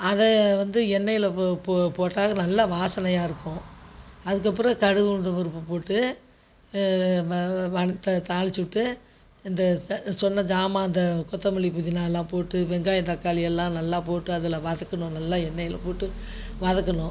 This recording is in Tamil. அதை வந்து எண்ணெயில் போ போ போட்டால் நல்லா வாசனையாக இருக்கும் அதுக்கப்புறம் கடுகு உளுத்தம்பருப்பு போட்டு வ வனத்த தாளித்து விட்டு இந்த செ சொன்ன சாமான் இந்த கொத்தமல்லி புதினாலாம் போட்டு வெங்காயம் தக்காளி எல்லாம் நல்லா போட்டு அதில் வதக்கணும் நல்லா எண்ணையில் போட்டு வதக்கணும்